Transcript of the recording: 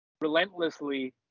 relentlessly